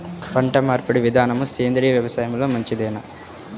పంటమార్పిడి విధానము సేంద్రియ వ్యవసాయంలో మంచిదేనా?